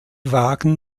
wagen